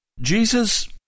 Jesus